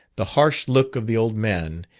the harsh look of the old man,